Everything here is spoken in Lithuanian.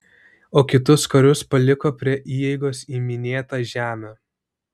o kitus karius paliko prie įeigos į minėtą žemę